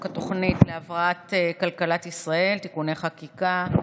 התוכנית להבראת כלכלת ישראל (תיקוני חקיקה),